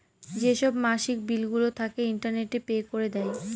যেসব মাসিক বিলগুলো থাকে, ইন্টারনেটে পে করে দেয়